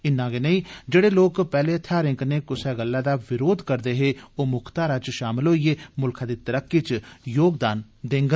इन्ना गै नेंई जेडे लोक पैहले हथियारें कन्नै कुसै गल्ला दा विरोध करदे हे ओ मुक्खधारा च शामल होइयै मुल्खै दी तरक्की च योगदान देआरदे न